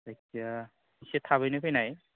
जायखिजाया एसे थाबैनो फैनाय